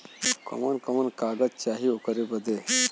कवन कवन कागज चाही ओकर बदे?